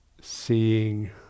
seeing